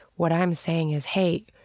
what i'm saying is, hey,